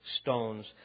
stones